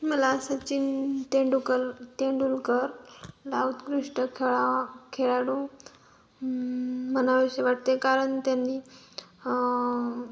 मला सचिन तेंडुकर तेंडुलकर ला उत्कृष्ट खेळा खेळाडू म्हणावेसे वाटते कारण त्यांनी